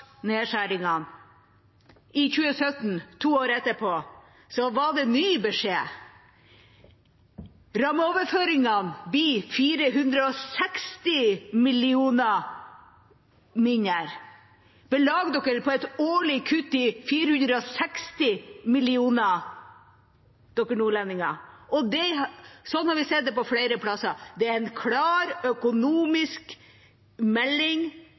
nedskjæringene! I 2017, to år etterpå, kom det en ny beskjed: Rammeoverføringene blir 460 mill. kr mindre. Belag dere på et årlig kutt på 460 mill. kr, nordlendinger. Dette har vi sett flere steder. Det er en klar økonomisk melding